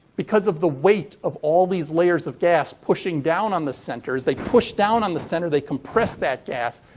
because of the weight of all these layers of gas pushing down on the center, as they push down on the center, they compress that gas.